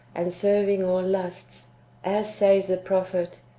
and serving all lusts as says the prophet,